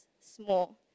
small